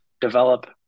develop